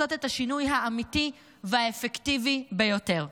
לעשות את השינוי האמיתי והאפקטיבי ביותר.